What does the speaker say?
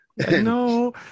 no